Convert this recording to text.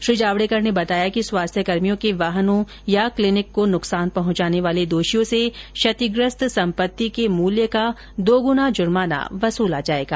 श्री जावडेकर ने बताया कि स्वास्थ्यकर्मियों के वाहनों या क्लीनिक को नुकसान पहुंचाने वाले दोषियों से क्षतिग्रस्त सम्पति के मूल्य का दोगुना जुर्माना वसूला जाएगा